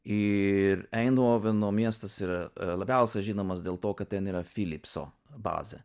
ir eindhoveno miestas yra labiausiai žinomas dėl to kad ten yra filipso bazė